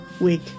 week